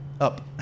Up